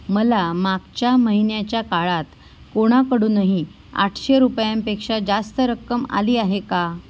मला मागच्या महिन्याच्या काळात कोणाकडूनही आठशे रुपयांपेक्षा जास्त रक्कम आली आहे का